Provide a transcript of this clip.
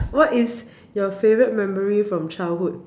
what is your favorite memory from childhood